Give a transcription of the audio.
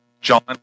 John